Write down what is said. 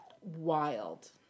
Wild